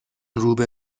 روبه